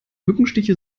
mückenstiche